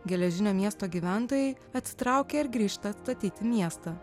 geležinio miesto gyventojai atsitraukia ir grįžta atstatyti miestą